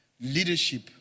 leadership